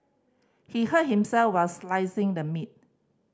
he hurt himself while slicing the meat